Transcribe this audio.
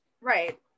Right